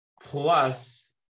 Plus